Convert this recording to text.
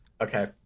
okay